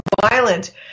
violent